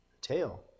tail